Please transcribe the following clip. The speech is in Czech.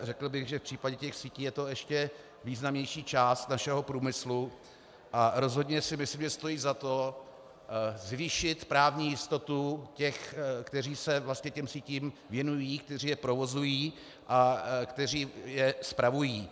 Řekl bych, že v případě těch sítí je to ještě významnější část našeho průmyslu, a rozhodně si myslím, že stojí za to zvýšit právní jistotu těch, kteří se vlastně těm sítím věnují, kteří je provozují a kteří je spravují.